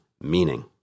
meaning